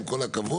עם כל הכבוד,